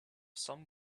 some